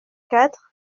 quatre